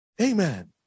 Amen